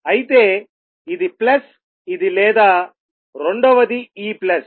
అయితే ఇది ప్లస్ ఇది లేదా రెండవది ఈ ప్లస్